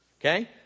Okay